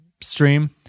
stream